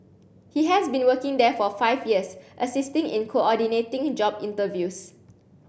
he has been working there for five years assisting in coordinating job interviews